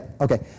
okay